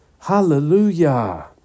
Hallelujah